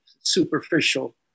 superficial